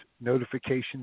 notifications